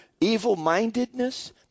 evil-mindedness